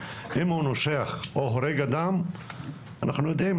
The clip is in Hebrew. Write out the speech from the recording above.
אם הוא נושך או הורג אדם - אנחנו יודעים,